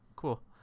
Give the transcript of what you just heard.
Cool